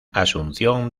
asunción